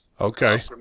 Okay